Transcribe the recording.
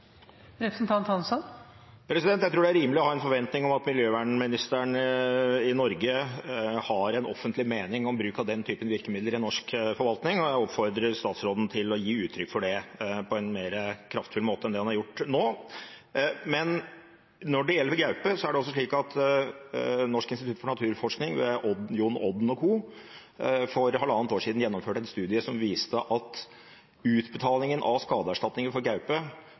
Jeg tror det er rimelig å ha en forventning om at miljøvernministeren i Norge har en offentlig mening om bruk av den typen virkemidler i norsk forvaltning, og jeg oppfordrer statsråden til å gi uttrykk for det på en mer kraftfull måte enn det han har gjort nå. Men når det gjelder gaupe, er det også slik at Norsk institutt for naturforskning ved John Odden & Co. for halvannet år siden gjennomførte en studie som viste at utbetalingen av skadeerstatninger for gaupe